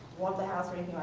want the house or